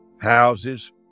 houses